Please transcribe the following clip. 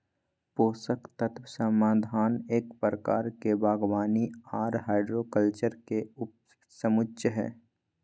पोषक तत्व समाधान एक प्रकार के बागवानी आर हाइड्रोकल्चर के उपसमुच्या हई,